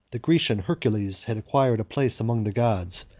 the grecian hercules had acquired a place among the gods,